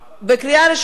בקריאה ראשונה זה עבר.